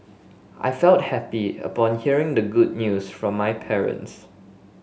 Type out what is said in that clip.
I felt happy upon hearing the good news from my parents